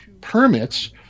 permits